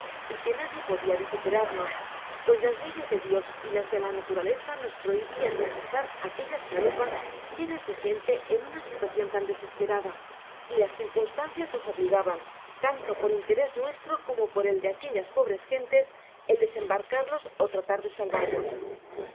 y que nadie podia vituperarnos pues lás leyes de dios y las de la naturaleza nos prohibian el rechazar aquellas chalupa llenas de gente en nna situacion tan desesperada y las circunstancias nos obligaban tanto por interés nuestro como por el de aquellas pobres gentes el desembarcarlos ó tratar de salvarlos